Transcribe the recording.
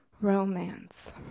romance